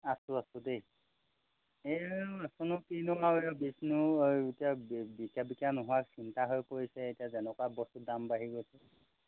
আছোঁ আছোঁ দেই এই এইটো নো কিনো আৰু বিচনো এতিয়া বিকা বিকা নোহোৱা চিন্তা হৈ পৰিছে এতিয়া যেনেকুৱা বস্তুৰ দাম বাঢ়ি গৈছে